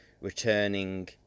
returning